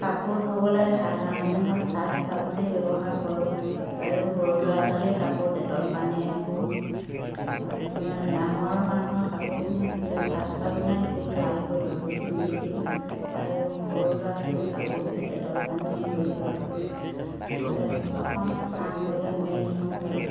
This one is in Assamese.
কাপোৰ ধুবলৈ সাধাৰণতে মই চাৰ্ফ চাবোনেই ব্যৱহাৰ কৰোঁ আৰু সৰু ল'ৰা ছোৱালীৰ কাপোৰ ডেটল পানীয়েৰে ধুওঁঁ ডাঙৰ মানুহৰ কাপোৰখিনি সাধাৰণতে চাৰ্ফ চাবোনে ধুই ভালকৈ ৰ'দত মেলি দিওঁ আৰু সৰু ল'ৰা ছোৱালীৰ কাপোৰবোৰ ডেটল পানীয়ে ধুই অলপ অকণমান ছাঁ জেগাত মেলি থওঁ বাৰু